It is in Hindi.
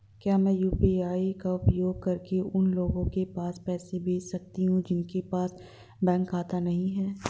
क्या मैं यू.पी.आई का उपयोग करके उन लोगों के पास पैसे भेज सकती हूँ जिनके पास बैंक खाता नहीं है?